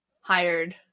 hired